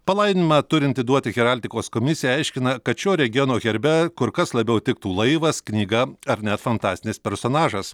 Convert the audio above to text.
palaiminimą turinti duoti heraldikos komisija aiškina kad šio regiono herbe kur kas labiau tiktų laivas knyga ar net fantastinis personažas